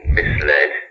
misled